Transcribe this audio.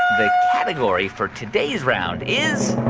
the category for today's round is.